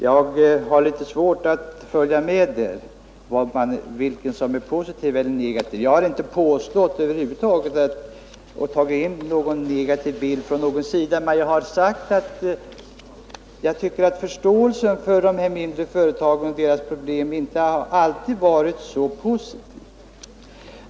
Jag har litet svårt att följa med här när det gäller vilken som är positiv eller negativ. Jag har över huvud taget inte gett någon negativ bild av någons inställning, men jag har sagt att jag tycker att förståelsen för de mindre företagen och deras problem inte alltid har varit så påtaglig.